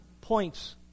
points